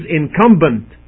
incumbent